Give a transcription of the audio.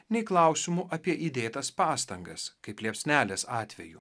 nei klausimu apie įdėtas pastangas kaip liepsnelės atveju